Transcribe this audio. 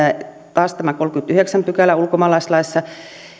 taas tässä kolmaskymmenesyhdeksäs pykälä ulkomaalaislaissa